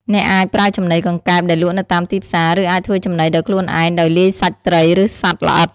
អ្នកអាចប្រើចំណីកង្កែបដែលលក់នៅតាមទីផ្សារ ឬអាចធ្វើចំណីដោយខ្លួនឯងដោយលាយសាច់ត្រី ឬសត្វល្អិត។